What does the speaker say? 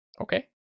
Okay